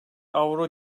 avro